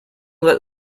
let